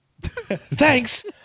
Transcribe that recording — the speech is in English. Thanks